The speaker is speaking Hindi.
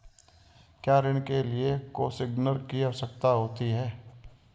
क्या ऋण के लिए कोसिग्नर की आवश्यकता होती है?